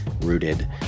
rooted